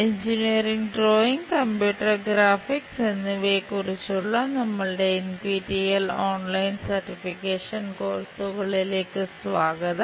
engineering drawing computer graphics എന്നിവയെക്കുറിച്ചുള്ള നമ്മളുടെ NPTEL online certification കോഴ്സുകളിലേക്ക് സ്വാഗതം